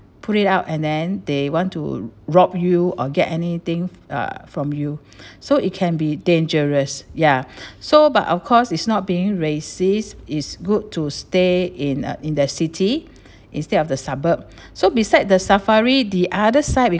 pull it out and then they want to rob you or get anything uh from you so it can be dangerous ya so but of course it's not being racist it's good to stay in in the city instead of the suburb so beside the safari the other side we